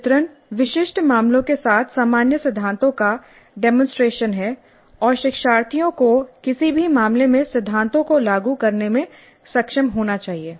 चित्रण विशिष्ट मामलों के साथ सामान्य सिद्धांतों का डेमोंसट्रेशन है और शिक्षार्थियों को किसी भी मामले में सिद्धांतों को लागू करने में सक्षम होना चाहिए